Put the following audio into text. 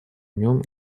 нем